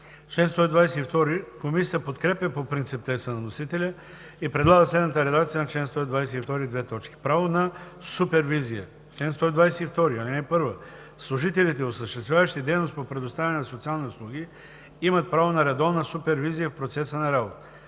АДЕМОВ: Комисията подкрепя по принцип текста на вносителя и предлага следната редакция на чл. 122: „Право на супервизия Чл. 122. (1) Служителите, осъществяващи дейност по предоставяне на социални услуги, имат право на редовна супервизия в процеса на работа.